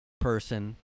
person